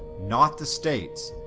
not the states,